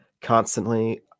constantly